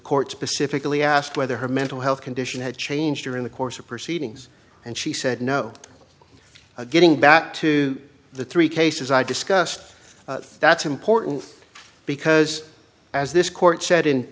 court specifically asked whether her mental health condition had changed during the course of proceedings and she said no getting back to the three cases i discussed that's important because as this court s